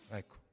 ecco